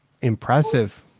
impressive